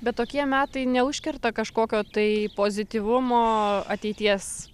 bet tokie metai neužkerta kažkokio tai pozityvumo ateities